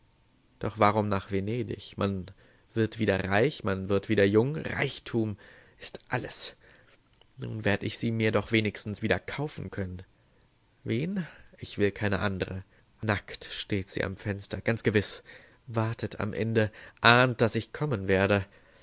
doch warum nach venedig man wird wieder reich man wird wieder jung reichtum ist alles nun werd ich sie mir doch wenigstens wieder kaufen können wen ich will keine andere nackt steht sie am fenster ganz gewiß wartet am ende ahnt daß ich kommen werde